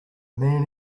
man